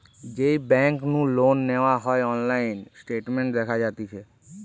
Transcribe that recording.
যেই বেংক নু লোন নেওয়া হয়অনলাইন স্টেটমেন্ট দেখা যাতিছে